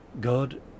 God